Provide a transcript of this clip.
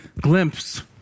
Glimpse